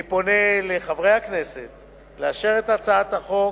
אני פונה לחברי הכנסת לאשר את הצעת החוק